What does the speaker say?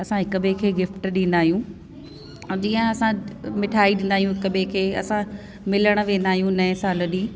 असां हिक ॿिए खे गिफ्ट ॾींदा आहियूं ऐं जीअं असां मिठाई ॾींदा आहियूं हिक ॿिए खे असां मिलण वेंदा आहियूं नए साल ॾींहुं